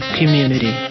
community